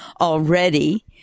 already